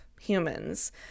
humans